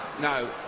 no